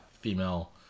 female